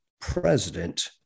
President